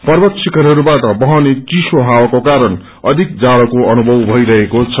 पर्वत शिखरहस्बाट बहने चिसो हावाको कारण अधिक जाड़ोको अनुभव भइरहेको छ